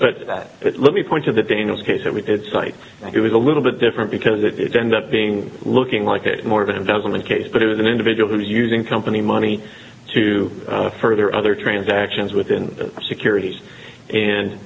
but let me point to the dangerous case that we did cite and it was a little bit different because if it ends up being looking like more of an embezzlement case but it was an individual who was using company money to further other transactions within securities and